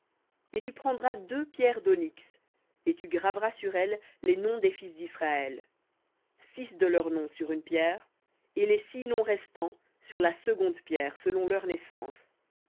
et tu prendras deux pierres d'onyx et tu graveras sur elles les noms des fils disraël six de leurs noms sur une pierre et les six noms restants sur la seconde pierre selon leur naissance